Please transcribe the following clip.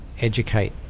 educate